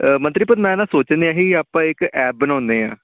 ਮੰਤਰੀ ਪਰ ਮੈਂ ਨਾ ਸੋਚਣ ਰਿਹਾ ਸੀ ਆਪਾਂ ਇੱਕ ਐਪ ਬਣਾਉਂਦੇ ਹਾਂ